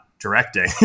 directing